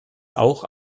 auch